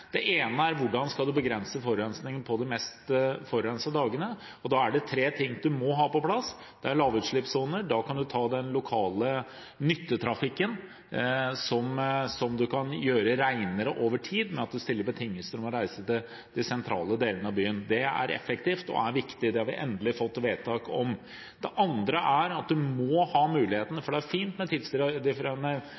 må ha på plass: Det er lavutslippssoner. Da kan man ta den lokale nyttetrafikken og gjøre den renere over tid, men stille betingelser for å reise til de sentrale delene av byen. Det er effektivt og er viktig – det har vi endelig fått vedtak om. Det andre er: Det er fint med miljødifferensierte bomringer, som vi for så vidt har i dag også. Nullutslippskjøretøyene betaler ikke, fossilbilene betaler, og så har du tungtransporten, som betaler mer. Om man gjør dette i flere runder, mener jeg det